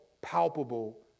palpable